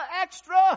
extra